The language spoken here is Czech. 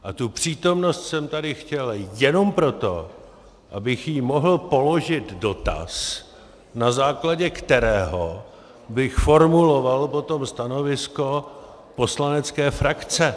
A tu přítomnost jsem tady chtěl jenom proto, abych jí mohl položit dotaz, na základě kterého bych formuloval potom stanovisko poslanecké frakce.